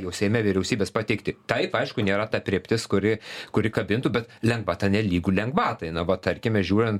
jau seime vyriausybės pateikti tai aišku nėra ta aprėptis kuri kuri kabintų bet lengvata nelygu lengvatai na va tarkime žiūrint